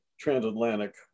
transatlantic